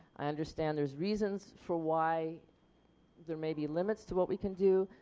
i understand there's reasons for why there may be limits to what we can do,